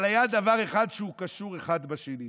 אבל היה דבר אחד שהוא קשור אחד בשני,